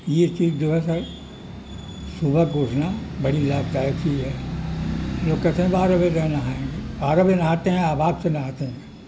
یہ چیز جو ہے صبح کو اٹھنا بڑی لابھدائک چیز ہے لوگ کہتے ہیں بارہ بجے نہائیں گے بارہ بجے نہاتے ہیں آپ آگ سے نہاتے ہیں